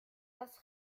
das